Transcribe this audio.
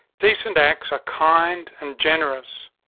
decent acts are kind and generous,